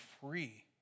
free